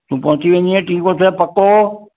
तूं पहुची वेंदीअ टी खां छह पको